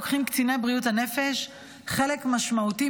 לוקחים קציני בריאות הנפש חלק משמעותי